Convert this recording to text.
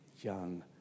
young